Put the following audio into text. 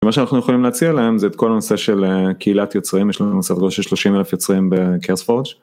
מה שאנחנו יכולים להציע להם זה את כל הנושא של אה... קהילת יוצרים יש לנו סדר גודל של 30,000 יוצרים בקרספרוג'